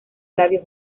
flavio